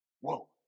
Whoa